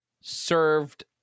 served